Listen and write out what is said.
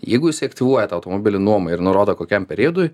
jeigu jis aktyvuoja tą automobilių nuomą ir nurodo kokiam periodui